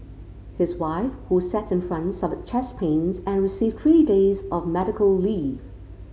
his wife who sat in front suffered chest pains and received three days of medical leave